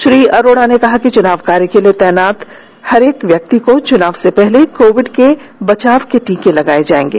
श्री अरोडा ने कहा कि चुनाव कार्य के लिए तैनात प्रत्येक व्यक्ति को चुनाव से पहले कोविड से बचाव के टीके लगाए जाएंगे